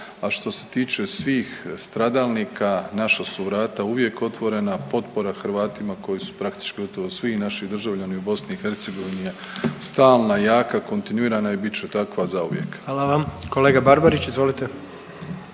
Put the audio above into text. a što se tiče svih stradalnika naša su vrata uvijek otvorena, potpora Hrvatima koji su praktički, gotovo svi naši državljani u BiH stalna i jaka, kontinuirana i bit će takva zauvijek. **Jandroković, Gordan